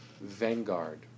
vanguard